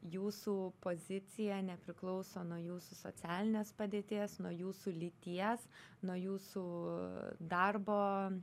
jūsų pozicija nepriklauso nuo jūsų socialinės padėties nuo jūsų lyties nuo jūsų darbo